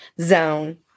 zone